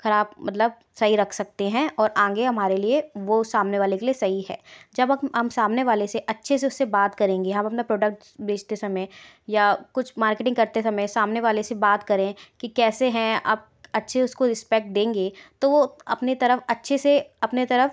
खराब मतलब सही रख सकते हैं और आगे हमारे लिए वह सामने वाले के लिए सही है जब हम सामने वाले से अच्छे से उससे बात करेंगे हम आप अपना प्रोडक्ट बेचते समय या कुछ मार्केटिंग करते समय सामने वाले से बात करें कि कैसे हैं आप अच्छे उसको रिस्पेक्ट देंगे तो वह अपने तरफ़ अच्छे से अपनी तरफ़